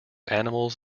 animals